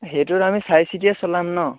সেইটোত আমি চাই চিটিয়ে চলাম ন'